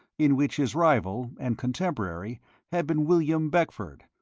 in which his rival and contemporary had been william beckford,